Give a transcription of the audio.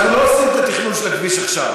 אנחנו לא עושים את התכנון של הכביש עכשיו.